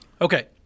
Okay